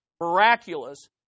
miraculous